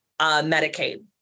Medicaid